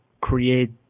create